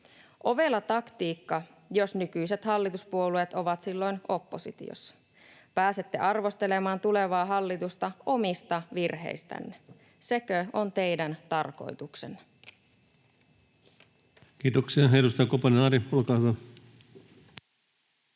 Ovela taktiikka, jos nykyiset hallituspuolueet ovat silloin oppositiossa. Pääsette arvostelemaan tulevaa hallitusta omista virheistänne. Sekö on teidän tarkoituksenne? Kiitoksia. — Edustaja Koponen Ari, olkaa hyvä.